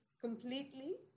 completely